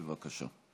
בבקשה.